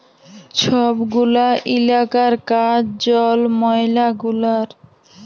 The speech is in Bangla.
ছব গুলা ইলাকার কাজ জল, ময়লা গুলার